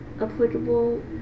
applicable